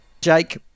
Jake